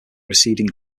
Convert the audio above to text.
receding